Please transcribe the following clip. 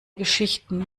geschichten